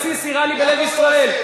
הקמתם בסיס אירני בלב ישראל.